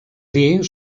dir